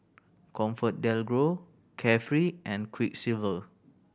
ComfortDelGro Carefree and Quiksilver